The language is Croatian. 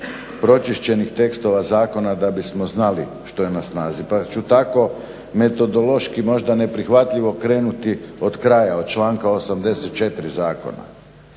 pročišćenih tekstova zakona da bismo znali što je na snazi. Pa ću tako metodološki možda neprihvatljivo krenuti od kraja, od članka 84. zakona.